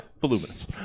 Voluminous